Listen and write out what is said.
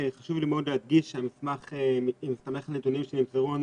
חשוב לי רק מאוד להדגיש שהמסמך מסתמך על נתונים שנמסרו לנו